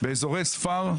באזורי ספר.